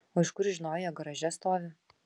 o iš kur žinojai jog garaže stovi